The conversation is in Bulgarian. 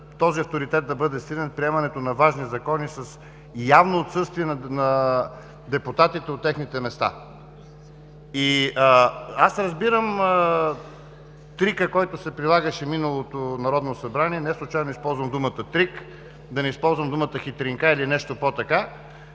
този авторитет да бъде сринат – приемането на важни закони с явно отсъствие на депутатите от техните места. Разбирам трика, който се прилагаше в миналото Народно събрание. Неслучайно използвам думата „трик“, за да не използвам думата „хитринка“ или нещо пò така,